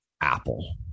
Apple